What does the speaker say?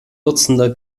dutzender